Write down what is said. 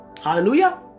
Hallelujah